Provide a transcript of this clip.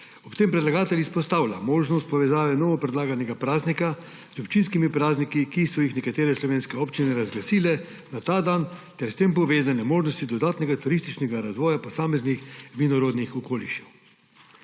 Ob tem predlagatelj izpostavlja možnost povezave novopredlaganega praznika z občinskimi prazniki, ki so jih nekatere slovenske občine razglasile na ta dan, ter s tem povezane možnosti dodatnega turističnega razvoja posameznih vinorodnih okolišev.